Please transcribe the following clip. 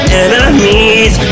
enemies